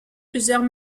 plusieurs